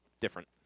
Different